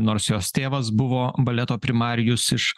nors jos tėvas buvo baleto primarijus iš